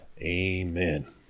Amen